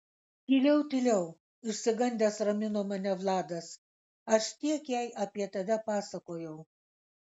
tyliau tyliau išsigandęs ramino mane vladas aš tiek jai apie tave pasakojau